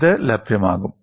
ഇത് ലഭ്യമാകും